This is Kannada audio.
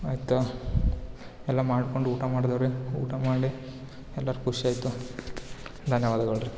ಆಯ್ತು ಎಲ್ಲ ಮಾಡ್ಕೊಂಡು ಊಟ ಮಾಡ್ದೆವು ರೀ ಊಟ ಮಾಡಿ ಎಲ್ಲರು ಖುಷಿ ಆಯಿತು ಧನ್ಯವಾದಗಳ್ ರೀ